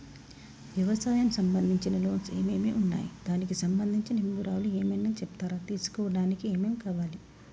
వ్యవసాయం సంబంధించిన లోన్స్ ఏమేమి ఉన్నాయి దానికి సంబంధించిన వివరాలు ఏమైనా చెప్తారా తీసుకోవడానికి ఏమేం కావాలి?